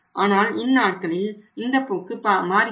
ஆனால் இந்நாட்களில் இந்தப் போக்கு மாறுகிறது